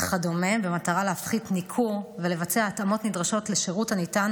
במטרה להפחית ניכור ולבצע התאמות נדרשות לשירות הניתן